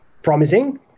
Promising